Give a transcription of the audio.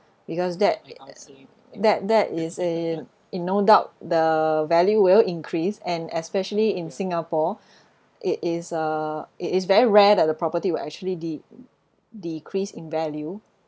because that that that is a in no doubt the value will increase and especially in singapore it is a it is very rare that the property will actually de~ decrease in value